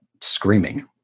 screaming